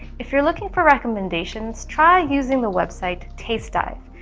if you're looking for recommendations, try using the website tastedive.